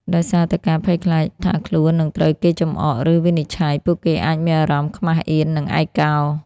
ដោយសារតែការភ័យខ្លាចថាខ្លួននឹងត្រូវគេចំអក ឬវិនិច្ឆ័យ ពួកគេអាចមានអារម្មណ៍ ខ្មាស់អៀន និង ឯកោ។